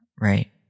Right